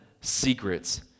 secrets